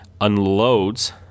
unloads